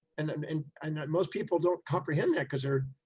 and and and most people don't comprehend that cause they're,